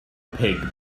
pig